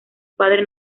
padre